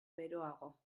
beroago